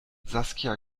saskia